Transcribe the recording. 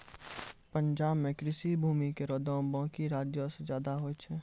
पंजाब म कृषि भूमि केरो दाम बाकी राज्यो सें जादे होय छै